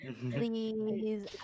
Please